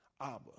Abba